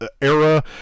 era